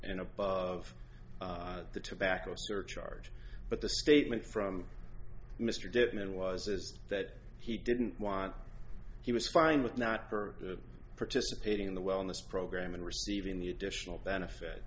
and above the tobacco surcharge but the statement from mr desmond was is that he didn't want he was fine with not for the participating in the wellness program and receiving the additional benefit